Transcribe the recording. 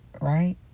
right